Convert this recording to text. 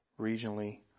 regionally